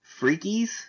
Freakies